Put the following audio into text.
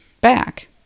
back